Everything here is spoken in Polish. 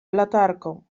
latarką